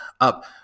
up